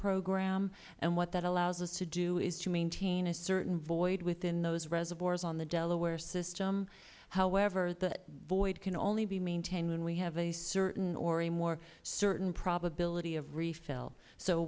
program and what that allows us to do is to maintain a certain void within those reservoirs on the delaware system however that void can only be maintained when we have a certain or a more certain probability of refill so